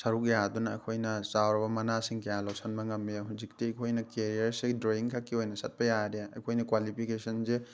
ꯁꯔꯨꯛ ꯌꯥꯗꯨꯅ ꯑꯩꯈꯣꯏꯅ ꯆꯥꯎꯔꯕ ꯃꯅꯥꯁꯤꯡ ꯀꯌꯥ ꯂꯧꯁꯟꯕ ꯉꯝꯃꯤ ꯍꯧꯖꯤꯛꯇꯤ ꯑꯩꯈꯣꯏꯅ ꯀꯦꯔꯤꯌꯥꯔꯁꯤ ꯗ꯭ꯔꯣꯌꯤꯡ ꯈꯛꯀꯤ ꯑꯣꯏꯅ ꯆꯠꯄ ꯌꯥꯗꯦ ꯑꯩꯈꯣꯏꯅ ꯀ꯭ꯋꯥꯂꯤꯐꯤꯀꯦꯁꯟꯁꯦ